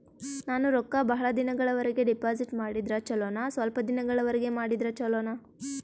ನಾನು ರೊಕ್ಕ ಬಹಳ ದಿನಗಳವರೆಗೆ ಡಿಪಾಜಿಟ್ ಮಾಡಿದ್ರ ಚೊಲೋನ ಸ್ವಲ್ಪ ದಿನಗಳವರೆಗೆ ಮಾಡಿದ್ರಾ ಚೊಲೋನ?